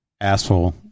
Asshole